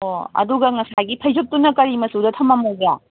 ꯑꯣ ꯑꯗꯨꯒ ꯉꯁꯥꯏꯒꯤ ꯐꯩꯖꯨꯞꯇꯨꯅ ꯀꯔꯤ ꯃꯆꯨꯗ ꯊꯃꯝꯃꯣꯒꯦ